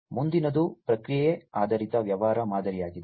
ಆದ್ದರಿಂದ ಮುಂದಿನದು ಪ್ರಕ್ರಿಯೆ ಆಧಾರಿತ ವ್ಯವಹಾರ ಮಾದರಿಯಾಗಿದೆ